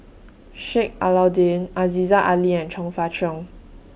Sheik Alau'ddin Aziza Ali and Chong Fah Cheong